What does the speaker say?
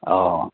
ꯑꯣ